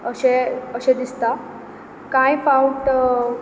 अशें अशें दिसता कांय फावट